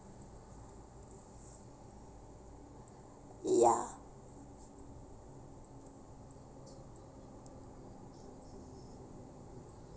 ya